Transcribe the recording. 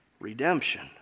redemption